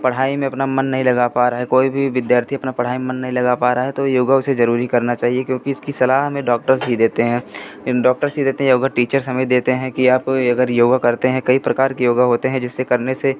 पढ़ाई में अपना मन नहीं लगा पा रहा है कोई भी विद्यार्थी अपना पढ़ाई में मन नहीं लगा पा रहा है तो योग उसे ज़रूरी करना चाहिए क्योंकि इसकी सलाह हमें डॉक्टर्स ही देते हैं डॉक्टर्स ही देते हैं योग टीचर्स ही देते हैं कि आप अगर योग करते हैं कई प्रकार के योग होते हैं जिसे करने से